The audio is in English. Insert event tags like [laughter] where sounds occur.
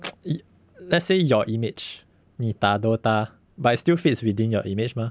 [noise] let's say your image 你打 dota but it still fits within your image mah